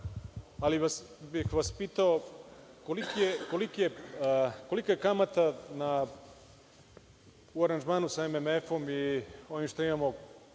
ali bih vas pitao kolika je kamata u aranžmanu sa MMF i onim što imamo